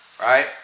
Right